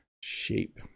shape